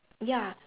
ya